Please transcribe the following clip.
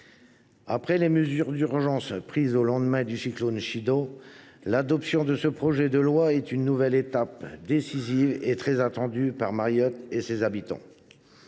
après les mesures d’urgence prises au lendemain du cyclone Chido, l’adoption de ce projet de loi est une nouvelle étape décisive et très attendue par Mayotte et ses habitants.